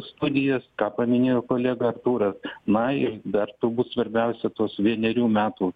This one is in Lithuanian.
studijas ką paminėjo kolega artūras na ir dar turbūt svarbiausia tos vienerių metų